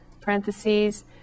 parentheses